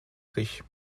sich